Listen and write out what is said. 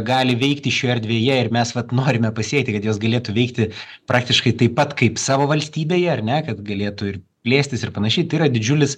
gali veikti šioje erdvėje ir mes vat norime pasiekti kad jos galėtų veikti praktiškai taip pat kaip savo valstybėje ar ne kad galėtų ir plėstis ir panašiai tai yra didžiulis